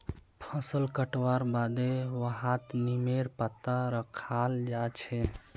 फसल कटवार बादे वहात् नीमेर पत्ता रखाल् जा छे